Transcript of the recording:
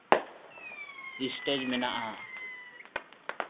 stage ᱢᱮᱱᱟᱜᱼᱟ